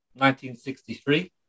1963